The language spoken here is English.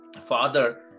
father